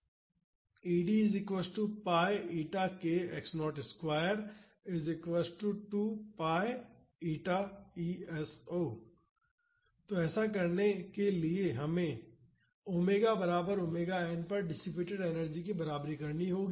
ED 2 ES0 तो ऐसा करने के लिए हमें ओमेगा बराबर ओमेगा n पर डिसिपेटड एनर्जी की बराबरी करनी होगी